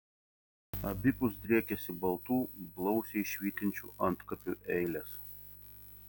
abipus driekėsi baltų blausiai švytinčių antkapių eilės